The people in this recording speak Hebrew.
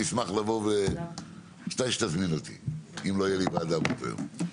אני אשמח לבוא מתי שתזמנו אותי אם לא תהיה לי ועדה באותו יום.